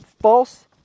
false